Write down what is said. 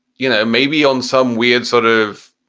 you know, maybe on some weird sort of.